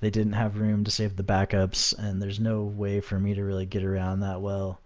they didn't have room to save the backups and there's no way for me to really get around that well